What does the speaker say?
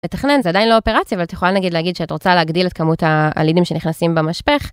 לתכנן זה עדיין לא אופרציה, אבל את יכולה נגיד להגיד שאת רוצה להגדיל את כמות הלידים שנכנסים במשפך,